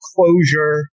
closure